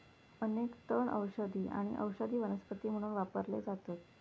अनेक तण औषधी आणि औषधी वनस्पती म्हणून वापरले जातत